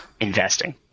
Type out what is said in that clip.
investing